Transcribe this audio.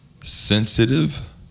sensitive